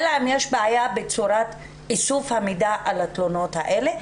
אלא אם יש בעיה בצורת איסוף המידע על התלונות האלה,